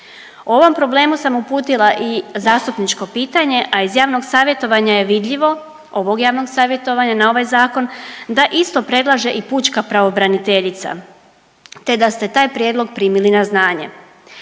O ovom problemu sam uputila i zastupničko pitanje, a iz javnog savjetovanja je vidljivo, ovog javnog savjetovanja na ovaj zakon da isto predlaže i pučka pravobraniteljica te da ste taj prijedlog primili na znanje.